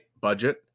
budget